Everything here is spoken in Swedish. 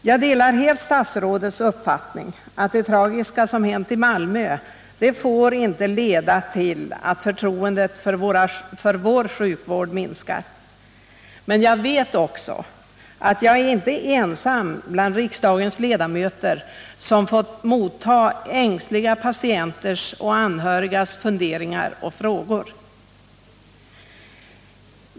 Jag delar helt statsrådets uppfattning, att det tragiska som hänt i Malmö inte får leda till att förtroendet för vår sjukvård minskar. Men jag vet också att jag inte är ensam bland riksdagens ledamöter om att ha fått motta ängsliga patienters och anhörigas funderingar och frågor.